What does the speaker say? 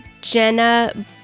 Jenna